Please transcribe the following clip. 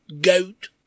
goat